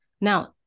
Now